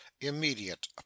immediate